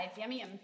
Yummy